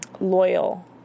loyal